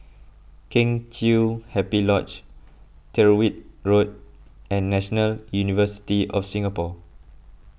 Kheng Chiu Happy Lodge Tyrwhitt Road and National University of Singapore